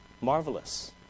Marvelous